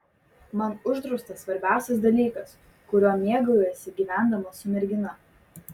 man uždraustas svarbiausias dalykas kuriuo mėgaujiesi gyvendamas su mergina